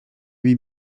huit